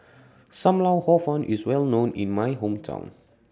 SAM Lau Hor Fun IS Well known in My Hometown